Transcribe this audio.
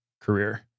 career